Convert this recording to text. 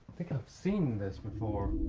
seen this before.